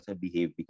behave